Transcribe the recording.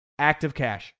activecash